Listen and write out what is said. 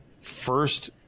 first